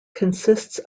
consists